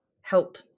help